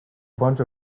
bunch